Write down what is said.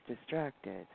distracted